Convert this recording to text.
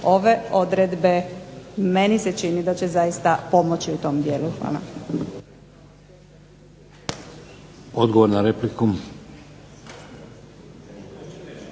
ove odredbe, meni se čini da će zaista pomoći u tom dijelu. Hvala.